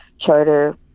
charter